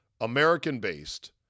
American-based